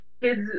kids